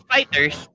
Fighters*